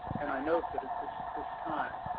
and i note that at this this time,